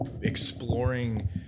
exploring